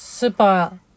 Super